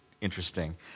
interesting